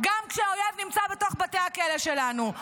גם כשהאויב נמצא בתוך בתי הכלא שלנו.